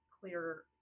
clearer